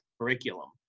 curriculum